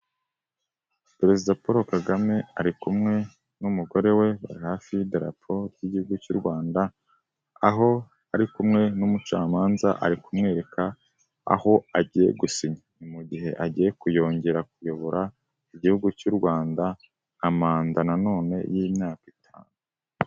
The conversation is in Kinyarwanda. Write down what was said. Perezida Paul Kagame ari kumwe n'umugore we bari hafi y'idarapo ry'igihugu cy'u Rwanda, aho ari kumwe n'umucamanza, ari kumwereka aho agiye gusinya ni mu gihe agiye kuyongera kuyobora igihugu cy'u Rwanda nka manda na none y'imyaka itanu.